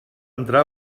entrar